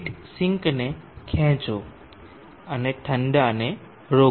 heat sink ને ખેંચો અને ઠંડા ને રોકો